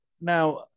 Now